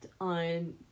on